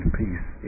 peace